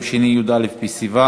(הרחבת הגדרת ילד לעניין ביטוח שאירים),